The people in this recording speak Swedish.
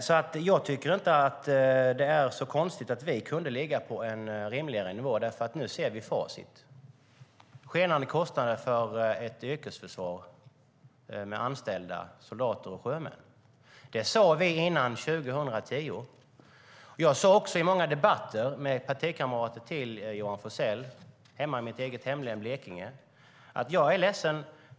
Jag tycker därför inte att det är så konstigt att vi kunde ligga på en rimligare nivå. Nu ser vi facit: skenande kostnader för ett yrkesförsvar med anställda soldater och sjömän. Detta sade vi före 2010. Jag sade också i många debatter med partikamrater till Johan Forssell hemma i mitt hemlän Blekinge att jag är ledsen.